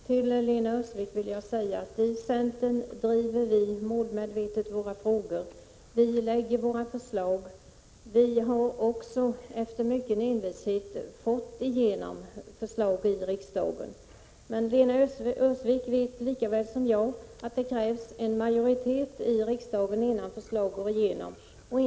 Fru talman! Jag vill säga till Lena Öhrsvik att vi i centern målmedvetet driver våra frågor. Vi lägger fram våra förslag, och vi har också efter mycken envishet fått igenom förslag i riksdagen. Men Lena Öhrsvik vet lika väl som jag att det krävs en majoritet i riksdagen för att man skall få igenom förslag.